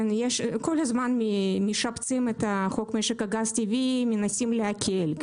כל הזמן משפצים את חוק משק הגז הטבעי ומנסים להקל.